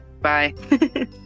Bye